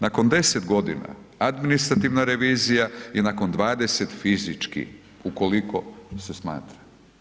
Nakon 10 godina administrativna revizija i nakon 20 fizički, ukoliko se smatra.